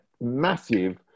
massive